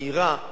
מהירה,